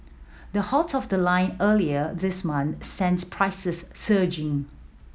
the halt of the line earlier this month sent prices surging